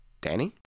Danny